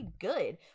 good